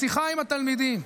בשיחה עם התלמידים,